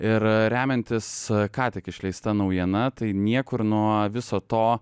ir remiantis ką tik išleista naujiena tai niekur nuo viso to